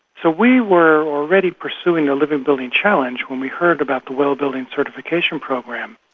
so we were already pursuing a living building challenge when we heard about the well building certification program.